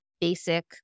basic